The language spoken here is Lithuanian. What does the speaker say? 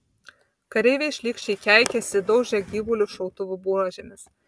kareiviai šlykščiai keikėsi daužė gyvulius šautuvų buožėmis